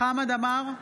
חמד עמאר,